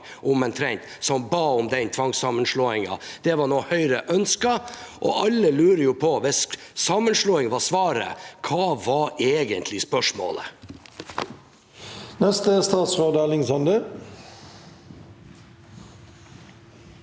og Finnmark som ba om den tvangssammenslåingen. Det var noe Høyre ønsket, og alle lurer jo på: Hvis sammenslåing var svaret, hva var egentlig spørsmålet? Statsråd Erling Sande